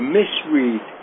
misread